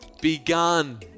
begun